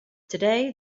today